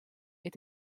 est